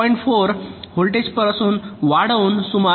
4 व्होल्टपासून वाढवून सुमारे 0